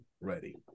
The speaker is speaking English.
ready